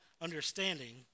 understanding